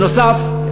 בנוסף,